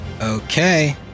Okay